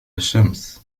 الشمس